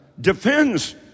defends